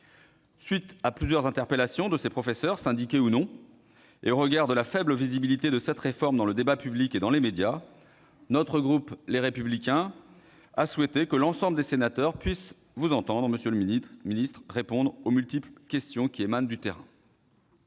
suite de plusieurs interpellations de ces professeurs, syndiqués ou non, et au regard de la faible visibilité de cette réforme dans le débat public et dans les médias, le groupe Les Républicains a souhaité que l'ensemble des sénateurs puisse vous entendre, monsieur le ministre, répondre aux multiples questions qui émanent du terrain.